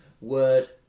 word